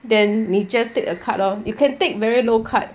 then 你 just take a cut lor you can take very low cut